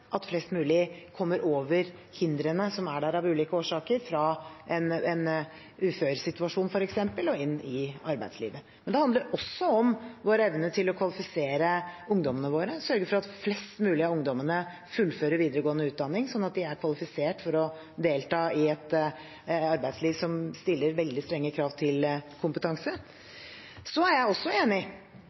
at flest mulig kommer over hindrene som er der av ulike årsaker, fra f.eks. en uføresituasjon og inn i arbeidslivet. Men det handler også om vår evne til å kvalifisere ungdommene våre, sørge for at flest mulig av ungdommene fullfører videregående utdanning, sånn at de er kvalifisert for å delta i et arbeidsliv som stiller veldig strenge krav til kompetanse. Jeg er også enig